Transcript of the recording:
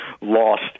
lost